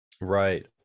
Right